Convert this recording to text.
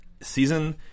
season